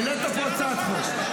העלית פה הצעת חוק,